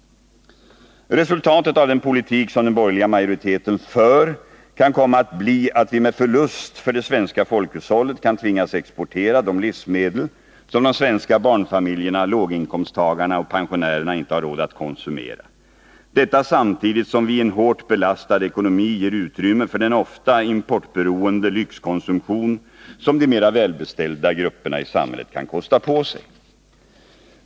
Resultatet av den politik som den borgerliga majoriteten för kan komma att bli att vi med förlust för det svenska folkhushållet kan tvingas exportera de livsmedel som de svenska barnfamiljerna, låginkomsttagarna och pensionärerna inte har råd att konsumera. Detta sker samtidigt som vi i en hårt belastad ekonomi ger utrymme för den ofta importberoende lyxkonsumtion som de mera välbeställda grupperna i samhället kan kosta på sig.